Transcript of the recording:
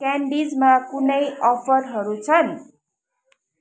क्यान्डीजमा कुनै अफरहरू छन्